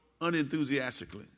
unenthusiastically